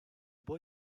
boy